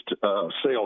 sales